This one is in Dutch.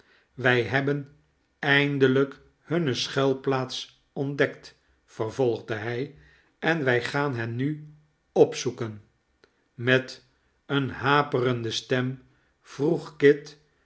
wij hebben eindelijk hunne schuilplaats ontdekt vervolgde hij en wij gaan hen nu opzoeken met eene haperende stem vroeg kit